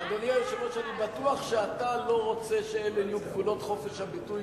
אני בטוח שאתה לא רוצה שאלה יהיו גבולות חופש הביטוי